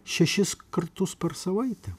šešis kartus per savaitę